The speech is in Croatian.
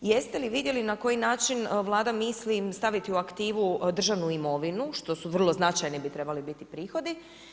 Jeste li vidjeli na koji način Vlada misli staviti u aktivu državnu imovinu što su vrlo značajni bi trebali biti prihodi.